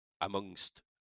amongst